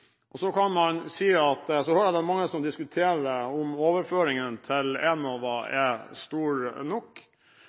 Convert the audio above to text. Så er det mange som diskuterer om overføringen til Enova er stor nok.